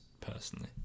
personally